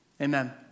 amen